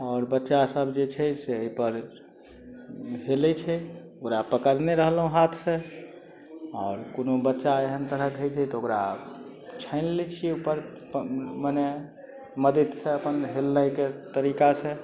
आओर बच्चा सब जे छै से एहिपर हेलै छै ओकरा पकड़ने रहलहुॅं हाथ से इओर कोनो बच्चा एहन तरहक होइ छै तऽ ओकरा छानि लै छियै ऊपर मने मदद से अपन हेलनाइके तरीका से